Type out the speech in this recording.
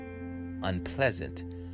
unpleasant